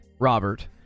robert